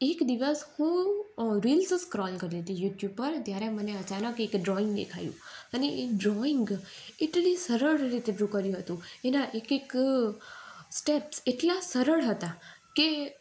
એક દિવસ હું અ રીલ્સ સ્ક્રોલ કરીતી યુટ્યુબ પર ત્યારે મને અચાનક એક ડ્રોઈંગ દેખાયું અને એ ડ્રોઈંગ એટલી સરળ રીતે ડ્રો કર્યું હતું એના એક એક સ્ટેપ્સ એટલા સરળ હતા કે